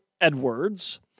Edwards